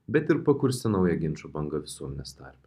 bet ir pakurstė naują ginčų bangą visuomenės tarpe